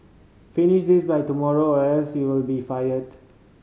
finish this by tomorrow or else you'll be fired